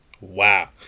Wow